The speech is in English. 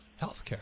healthcare